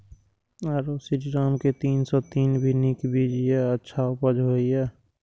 आरो श्रीराम के तीन सौ तीन भी नीक बीज ये अच्छा उपज होय इय?